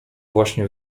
właśnie